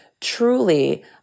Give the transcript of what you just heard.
truly